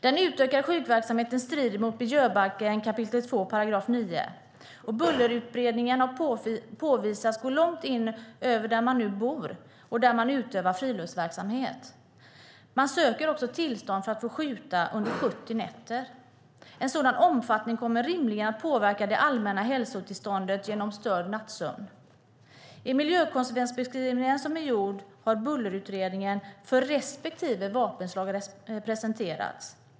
Den utökade skjutverksamheten strider mot miljöbalken 2 kap. 9 §. Bullerutbredningen har påvisats gå långt in över där människor nu bor och där de utövar friluftsverksamhet. Man söker också tillstånd för att få skjuta under 70 nätter. En sådan omfattning kommer rimligen att påverka det allmänna hälsotillståndet genom störd nattsömn. I den miljökonsekvensbeskrivning som är gjord har bullerutredningar för respektive vapenslag presenterats.